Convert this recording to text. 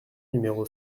numéro